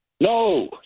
no